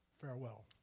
Farewell